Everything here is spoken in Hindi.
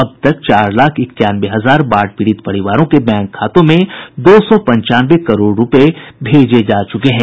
अब तक चार लाख इक्यानवें हजार बाढ़ पीड़ित परिवारों के बैंक खातों में दो सौ पंचानवे करोड़ रूपये भेजे जा चुके हैं